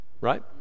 right